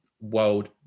world